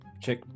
check